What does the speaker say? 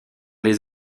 les